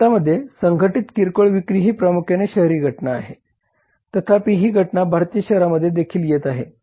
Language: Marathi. भारतामध्ये संघटित किरकोळ विक्री ही प्रामुख्याने शहरी घटना आहे तथापि ही घटना भारतीय शहरांमध्ये देखील येत आहे